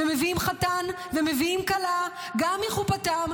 ומביאים חתן ומביאים כלה גם מחופתם,